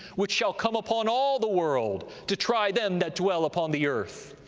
which shall come upon all the world, to try them that dwell upon the earth.